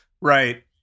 right